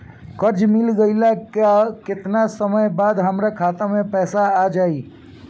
कर्जा मिल गईला के केतना समय बाद हमरा खाता मे पैसा आ जायी?